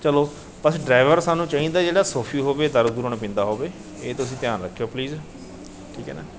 ਚਲੋ bus driver ਸਾਨੂੰ ਚਾਹੀਦਾ ਜਿਹੜਾ ਸੋਫ਼ੀ ਹੋਵੇ ਦਾਰੂ ਦੁਰੂ ਨਾ ਪੀਂਦਾ ਹੋਵੇ ਇਹ ਤੁਸੀਂ ਧਿਆਨ ਰੱਖਿਓ ਪਲੀਜ ਠੀਕ ਹੈ ਨਾ